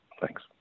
thanks